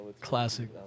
Classic